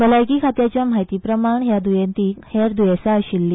भलायकी खात्याच्या म्हायतीप्रमाण ह्या द्येंतीक हेर द्येंसा आशिल्ली